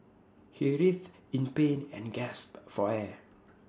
he writhed in pain and gasped for air